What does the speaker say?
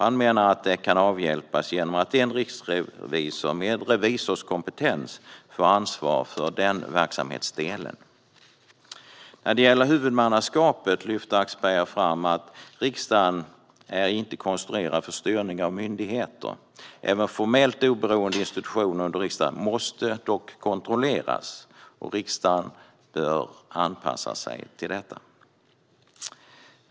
Det kan avhjälpas genom att en riksrevisor med revisorskompetens får ansvar för den verksamhetsdelen. När det gäller huvudmannaskapet lyfter Axberger fram att riksdagen inte är konstruerad för styrning av myndigheter. Även formellt oberoende institutioner under riksdagen måste dock kontrolleras. Riksdagen bör anpassa sig till detta.